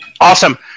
Awesome